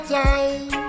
time